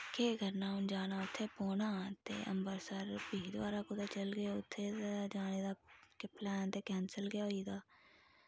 केह् करना हुन जाना उत्थै पौंना ते आम्बरसर फ्ही दवारा कुतै चलगे उत्थै जाने दा पलैन ते कैंसल गै होई दा